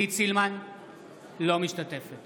אינה משתתפת